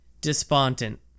Despondent